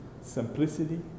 Simplicity